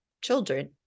children